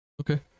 Okay